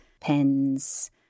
pens